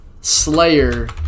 Slayer